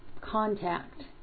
Contact